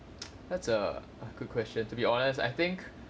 that's a a good question to be honest I think